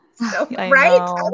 Right